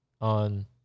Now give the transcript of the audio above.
on